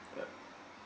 ya